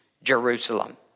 Jerusalem